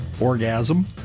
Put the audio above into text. orgasm